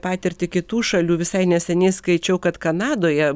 patirtį kitų šalių visai neseniai skaičiau kad kanadoje